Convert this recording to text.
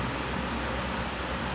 I can live with not seeing them